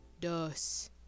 Dos